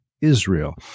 Israel